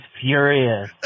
furious